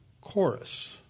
chorus